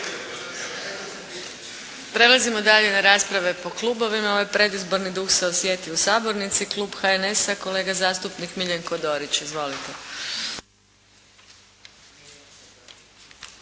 Prelazimo dalje na rasprave po Klubovima. Ovaj predizborni duh se osjeti u sabornici. Klub HNS-a. Kolega zastupnik Miljenko Dorić. Izvolite.